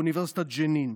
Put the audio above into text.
באוניברסיטת ג'נין.